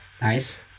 Nice